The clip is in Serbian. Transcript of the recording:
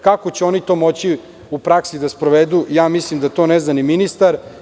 Kako će oni to moći u praksi da sprovedu, mislim da to ne zna ni ministar.